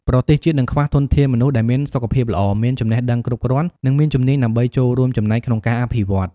ប្រទេសជាតិនឹងខ្វះធនធានមនុស្សដែលមានសុខភាពល្អ មានចំណេះដឹងគ្រប់គ្រាន់ និងមានជំនាញដើម្បីចូលរួមចំណែកក្នុងការអភិវឌ្ឍ។